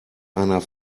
einer